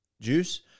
Juice